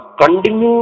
continue